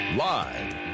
Live